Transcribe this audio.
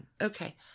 Okay